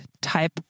type